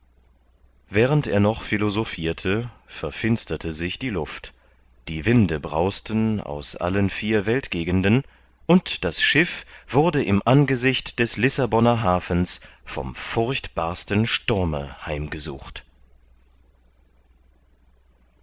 während er noch philosophirte verfinsterte sich die luft die winde brausten aus allen vier weltgegenden und das schiff wurde im angesicht des lissaboner hafens vom furchtbarsten sturme heimgesucht